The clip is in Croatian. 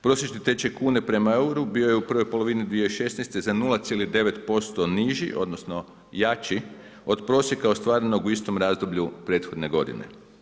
Prosječan tečaj kune prema euru, bio je u prvoj polovini 2016. za 0,9% niži odnosno, jači od prosjeka ostvarenog u istom razdoblju prethodne godine.